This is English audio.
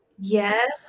Yes